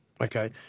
okay